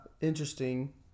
interesting